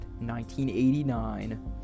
1989